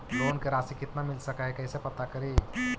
Loan के रासि कितना मिल सक है कैसे पता करी?